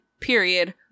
Period